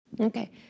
okay